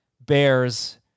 Bears